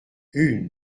une